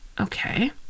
Okay